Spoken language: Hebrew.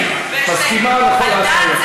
ושוב,